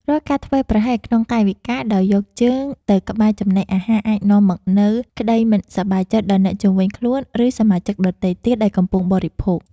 រាល់ការធ្វេសប្រហែសក្នុងកាយវិការដោយយកជើងទៅក្បែរចំណីអាហារអាចនាំមកនូវក្តីមិនសប្បាយចិត្តដល់អ្នកជុំវិញខ្លួន ឬ សមាជិកដទៃទៀតដែលកំពុងបរិភោគ។